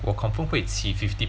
我 confirm 会起 fifty